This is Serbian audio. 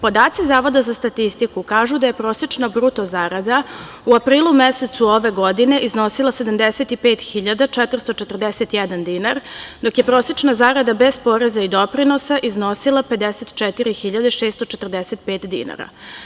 Podaci Zavoda za statistiku kažu da je prosečna bruto zarada u aprilu mesecu ove godine iznosila 75.441 dinar, dok je prosečna zarada bez poreza i doprinosa iznosila 54.645 dinara.